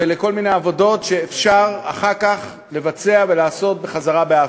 לכל מיני עבודות שאפשר אחר כך לבצע ולעשות באפריקה.